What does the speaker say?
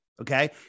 Okay